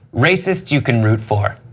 racist you can root for.